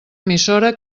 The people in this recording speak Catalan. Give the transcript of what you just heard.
emissora